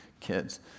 kids